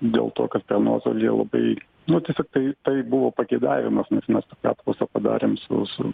dėl to kad per nuotolį jie labai nu tiesiog tai tai buvo pageidavimas nes mes tokią apklausą padarėm su su